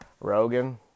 Rogan